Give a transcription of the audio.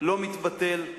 לא מתבטל,